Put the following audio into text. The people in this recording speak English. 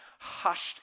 Hushed